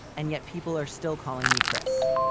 and yet people are still calling me chris.